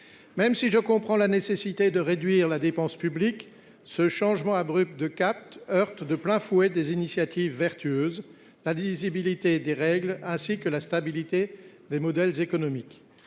Même si je comprends la nécessité de réduire la dépense publique, ce changement abrupt de cap heurte de plein fouet des initiatives vertueuses, la lisibilité des règles, ainsi que la stabilité des modèles économiques.